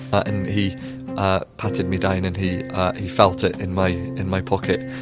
and he ah patted me down, and he he felt it in my in my pocket.